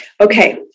Okay